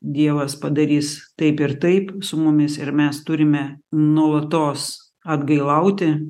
dievas padarys taip ir taip su mumis ir mes turime nuolatos atgailauti